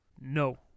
No